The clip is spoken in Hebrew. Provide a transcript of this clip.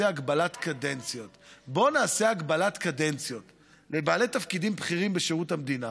הגבלת קדנציות לבעלי תפקידים בכירים בשירות המדינה,